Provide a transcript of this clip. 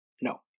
No